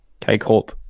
K-Corp